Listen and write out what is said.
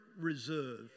reserve